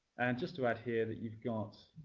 and just about here that you've got